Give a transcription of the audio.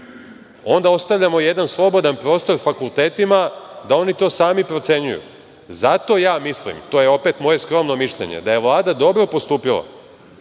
Onda ostavljamo jedan slobodan prostor fakultetima da oni to sami procenjuju. Zato mislim, to je opet moje skromno mišljenje, da je Vlada dobro postupila